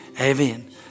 Amen